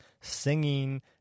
singing